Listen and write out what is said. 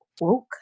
woke